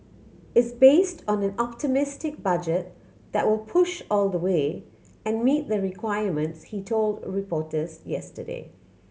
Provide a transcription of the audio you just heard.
is based on an optimistic budget that will push all the way and meet the requirements he told reporters yesterday